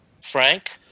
Frank